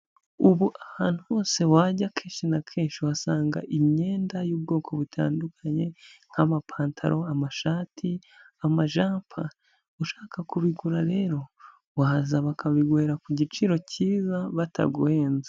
Ubu ahantu hose wajya akenshi na kenshi wasanga imyenda y'ubwoko butandukanye, nk'amapantaro, amashati, amajampa, ushaka kubigura rero wahaza bakabiguhera ku giciro cyiza bataguhenze.